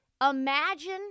Imagine